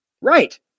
Right